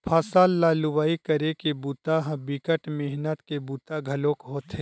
फसल ल लुवई करे के बूता ह बिकट मेहनत के बूता घलोक होथे